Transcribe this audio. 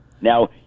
Now